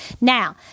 Now